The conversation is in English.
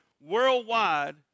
worldwide